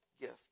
gift